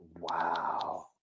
wow